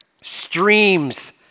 Streams